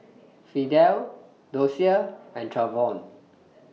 Fidel Dosia and Travon